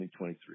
2023